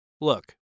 Look